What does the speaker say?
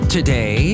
Today